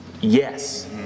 Yes